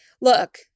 look